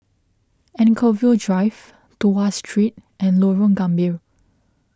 Anchorvale Drive Tuas Street and Lorong Gambir